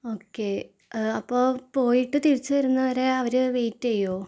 okay അപ്പോൾ പോയിട്ട് തിരിച്ച് വരുന്നത് വരെ അവർ വെയിറ്റ് ചെയ്യുമോ